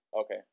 Okay